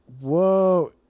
Whoa